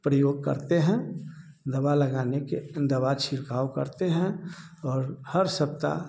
प्रयोग करते हैं दवा लगाने के दवा छिड़काव करते हैं और हर सप्ताह